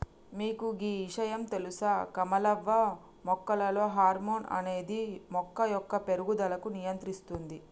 మీకు గీ ఇషయాం తెలుస కమలవ్వ మొక్కలలో హార్మోన్ అనేది మొక్క యొక్క పేరుగుదలకు నియంత్రిస్తుంది